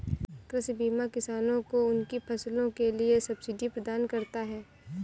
कृषि बीमा किसानों को उनकी फसलों के लिए सब्सिडी प्रदान करता है